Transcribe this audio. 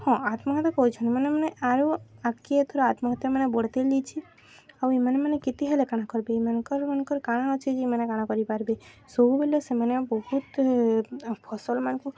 ହଁ ଆତ୍ମହତ୍ୟା କଇଛଛନ୍ତି ମାନେ ମାନେ ଆରୁ ଆଗ୍କେ ଏଥର ଆତ୍ମହତ୍ୟା ମାନେ ବଢ଼୍ତେଲ୍ ଯାଇଛେ ଆଉ ଇମାନେ ମାନେ କେତେ ହେଲେ କାଣା କର୍ବେ ଏମାନଙ୍କର୍ ମାନ୍ଙ୍କର୍ କାଣା ଅଛେ ଯେ ଇମାନେ କାଣା କରିପାର୍ବେ ସବୁବେଲେ ସେମାନେ ବହୁତ୍ ଫସଲ୍ମାନଙ୍କୁ